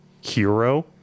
hero